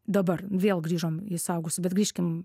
dabar vėl grįžom į suaugusių bet grįžkim